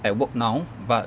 at work now but